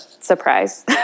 surprise